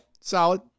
Solid